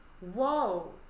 whoa